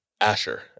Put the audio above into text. Asher